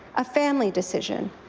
a family decision,